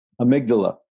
Amygdala